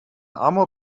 armor